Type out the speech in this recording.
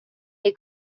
neu